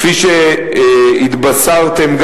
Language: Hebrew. כפי שגם התבשרתם,